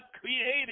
created